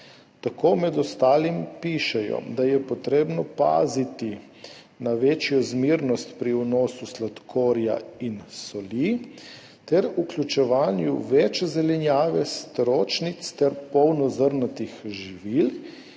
Tako med ostalimi pišejo, da je potrebno paziti na večjo zmernost pri vnosu sladkorja in soli ter vključevanju več zelenjave, stročnic ter polnozrnatih živil,